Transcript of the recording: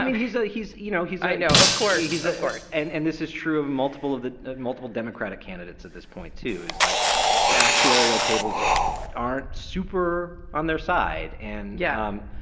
he's a he's you know, he's like, no, of course he's a course. and and this is true of multiple of the multiple democratic democratic candidates at this point, too, is like the actuarial tables aren't super on their side. and. yeah.